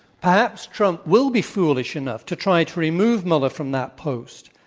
perhaps trump will be foolish enough to try to remove mueller from that post.